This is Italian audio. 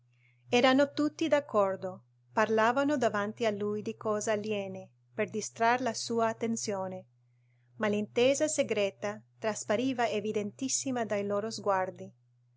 erano tutti d'accordo parlavano davanti a lui di cose aliene per distrar la sua attenzione ma l'intesa segreta traspariva evidentissima dai loro sguardi